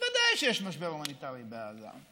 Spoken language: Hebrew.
ודאי שיש משבר הומניטרי בעזה.